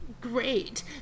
Great